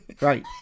right